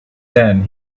then